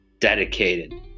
dedicated